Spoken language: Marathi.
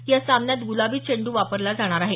या सामन्यात गुलाबी चेंड्र वापरला जाणार आहे